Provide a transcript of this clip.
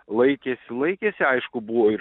laikėsi laikėsi aišku buvo ir